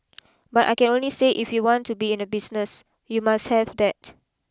but I can only say if you want to be in a business you must have that